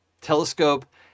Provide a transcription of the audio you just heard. telescope